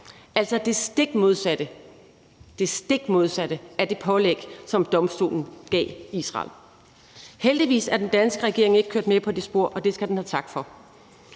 altså det stik modsatte af det pålæg, som domstolen gav Israel. Heldigvis er den danske regering ikke fulgt med ad det spor, og det skal den have tak for.